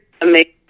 amazing